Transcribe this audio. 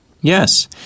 yes